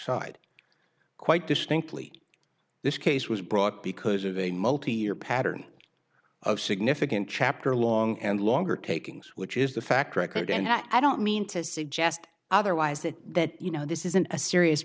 side quite distinctly this case was brought because of a multi year pattern of significant chapter long and longer takings which is the fact record and i don't mean to suggest otherwise that you know this isn't a serious